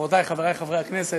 חברותי וחברי חברי הכנסת,